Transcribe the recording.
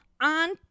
on